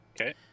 Okay